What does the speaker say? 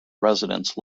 residents